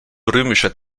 römischer